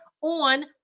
on